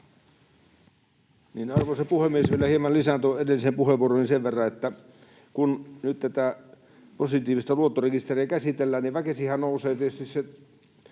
Arvoisa puhemies! Vielä hieman lisään tuohon edelliseen puheenvuorooni sen verran, että kun nyt tätä positiivista luottorekisteriä käsitellään, niin väkisinhän nousee tietysti se,